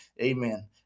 Amen